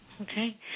okay